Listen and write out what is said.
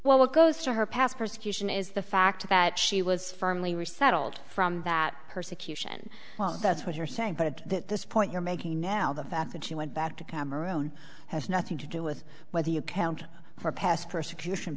well what goes to her past persecution is the fact that she was firmly resettled from that persecution well that's what you're saying but at this point you're making now the fact that she went back to come around has nothing to do with whether you count for past persecution